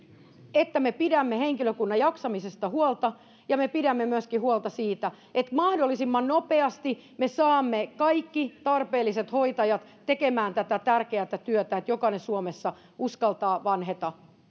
että me pidämme henkilökunnan jaksamisesta huolta ja me pidämme myöskin huolta siitä että mahdollisimman nopeasti me saamme kaikki tarpeelliset hoitajat tekemään tätä tärkeätä työtä että jokainen suomessa uskaltaa